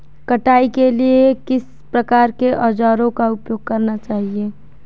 कटाई के लिए किस प्रकार के औज़ारों का उपयोग करना चाहिए?